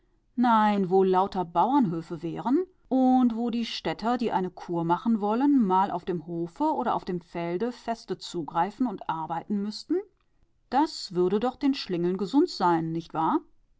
nein wo lauter bauernhöfe wären und wo die städter die eine kur machen wollen mal auf dem hofe oder auf dem felde feste zugreifen und arbeiten müßten das würde doch den schlingeln gesund sein nicht wahr